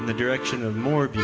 the direction of more beauty,